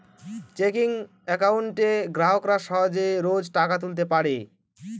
checking একাউন্টে গ্রাহকরা সহজে রোজ টাকা তুলতে পারে